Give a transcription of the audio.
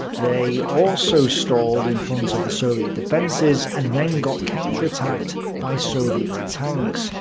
they also stalled in front of the soviet defences, and then got counterattacked by soviet tanks,